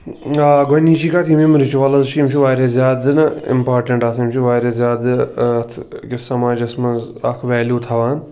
آ گۄڈٕنِچی کَتھ یِم یِم رِچولٕز چھِ یِم چھِ واریاہ زیادٕ نہٕ اِمپاٹَنٛٹ آسان یِم چھِ واریاہ زیادٕ اَتھ أکِس سَماجَس منٛز اکھ ویلیوٗ تھاوان